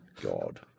god